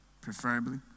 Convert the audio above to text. Preferably